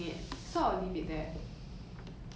then it's not good or bad lor I mean